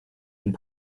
and